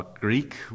Greek